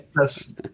Yes